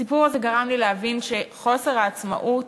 הסיפור הזה גרם לי להבין שחוסר העצמאות